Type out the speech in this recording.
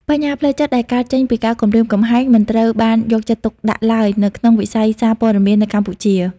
បញ្ហាផ្លូវចិត្តដែលកើតចេញពីការគំរាមកំហែង មិនត្រូវបានយកចិត្តទុកដាក់ឡើយនៅក្នុងវិស័យសារព័ត៌មាននៅកម្ពុជា។